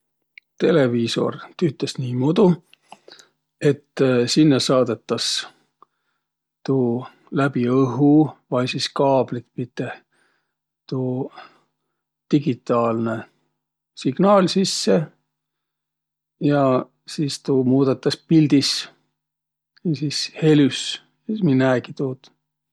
Televiisor tüütäs niimuudu, et sinnäq saadõtas tuu läbi õhu vai sis kaablit piteh tuu digitaalnõ signaal sisse ja sis tuu muudõtas pildis ja sis helüs ja sis mi näegi tuud.